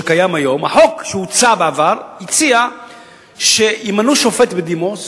החוק שהוצע בעבר הציע שימנו שופט בדימוס,